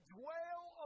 dwell